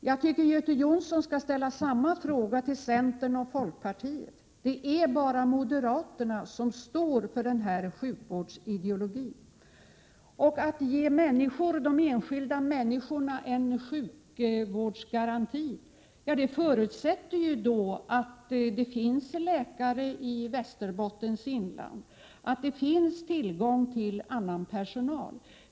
Jag tycker dock att Göte Jonsson skall ställa samma fråga till centern och folkpartiet, för det är bara moderaterna som står för den här sjukvårdsideologin. Om vi skall ge de enskilda människorna en sjukvårdsgaranti, förutsätter det t.ex. att det finns läkare i Västerbottens inland och att man har tillgång till annan personal.